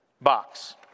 box